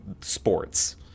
sports